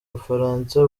bufaransa